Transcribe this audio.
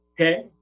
Okay